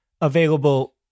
available